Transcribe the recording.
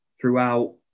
throughout